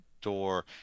door